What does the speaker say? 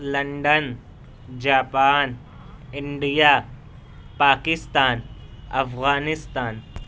London Japan India Pakistan Afghanistan